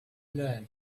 learn